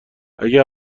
اگه